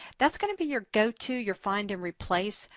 that's going to be your go to, your find, and replace.